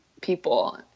people